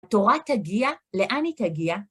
תורה תגיע, לאן היא תגיע?